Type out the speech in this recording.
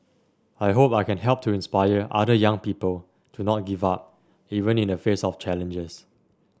I hope I can help to inspire other young people to not give up even in the face of challenges